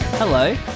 Hello